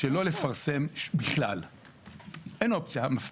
אני רוצה להזכיר לכולנו משפט שאני מאמין שכולנו מכירים: האדם הוא